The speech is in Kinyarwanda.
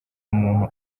umuntu